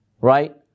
right